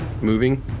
moving